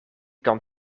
kan